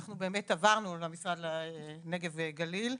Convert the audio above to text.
אנחנו באמת עברנו למשרד הנגב והגליל.